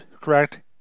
correct